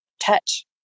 touch